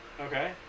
Okay